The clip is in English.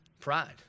Pride